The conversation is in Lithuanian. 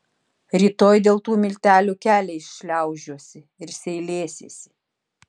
rytoj dėl tų miltelių keliais šliaužiosi ir seilėsiesi